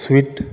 sweet